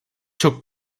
çok